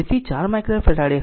તેથી તે 4 માઈક્રોફેરાડે હશે